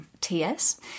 TS